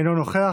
אינו נוכח.